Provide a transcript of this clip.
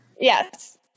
Yes